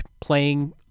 playing